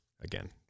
again